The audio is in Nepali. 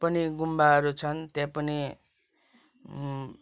पनि गुम्बाहरू छन त्यहाँ पनि